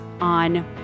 on